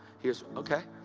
he says, ok.